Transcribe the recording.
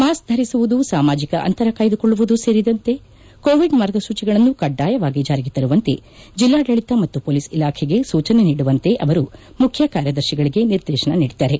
mask ಧರಿಸುವುದು ಸಾಮಾಜಿಕ ಅಂತರ ಕಾಯ್ಗುಕೊಳ್ಳುವುದು ಸೇರಿದಂತೆ ಕೋವಿಡ್ ಮಾರ್ಗಸೂಚಿಗಳನ್ನು ಕಡ್ಡಾಯವಾಗಿ ಜಾರಿಗೆ ತರುವಂತೆ ಜಿಲ್ಲಾಡಳಿತ ಮತ್ತು ಪೊಲೀಸ್ ಇಲಾಖೆಗೆ ಸೂಚನೆ ನೀಡುವಂತೆ ಅವರು ಮುಖ್ಯ ಕಾರ್ಯದರ್ಶಿಗಳಿಗೆ ನಿರ್ದೇಶನ ನೀಡಿದ್ದಾರೆ